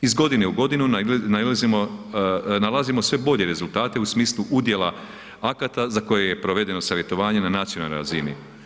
Iz godine u godinu nalazimo sve bolje rezultate u smislu udjela akata za koje je provedeno savjetovanje na nacionalnoj razini.